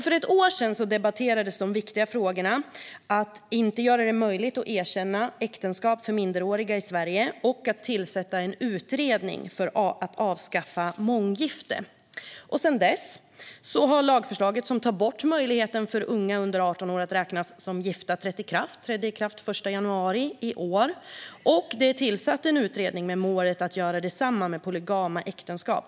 För ett år sedan debatterades de viktiga frågorna om att inte göra det möjligt att erkänna äktenskap för minderåriga i Sverige och om att tillsätta en utredning för att avskaffa månggifte. Sedan dess har lagförslaget som tar bort möjligheten för unga under 18 år att räknas som gifta trätt i kraft. Lagen trädde i kraft den 1 januari i år. En utredning är också tillsatt med målet att göra detsamma med polygama äktenskap.